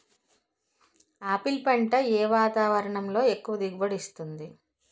Apple పంట ఏ వాతావరణంలో ఎక్కువ దిగుబడి ఇస్తుంది?